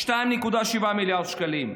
2.7 מיליארד שקלים,